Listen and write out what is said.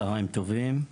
צוהריים טובים.